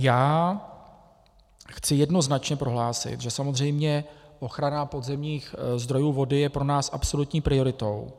Já chci jednoznačně prohlásit, že samozřejmě ochrana podzemních zdrojů vody je pro nás absolutní prioritou.